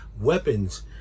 weapons